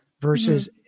versus